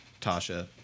Tasha